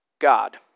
God